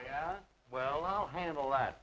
yeah well i'll handle that